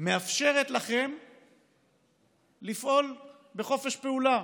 מאפשרת לכם לפעול בחופש פעולה.